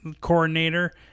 coordinator